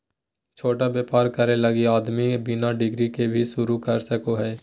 छोटा व्यापर करे लगी आदमी बिना डिग्री के भी शरू कर सको हइ